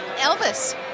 Elvis